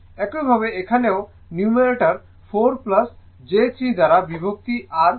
একইভাবে এখানেও numerator 4 j 3 দ্বারা বিভক্তি আর গুণিত হয়